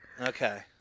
Okay